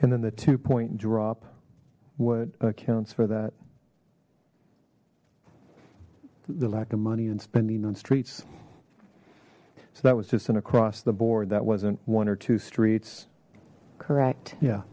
and then the two point drop what accounts for that the lack of money and spending on streets so that was just an across the board that wasn't one or two streets correct